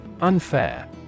Unfair